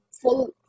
full